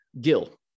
Gil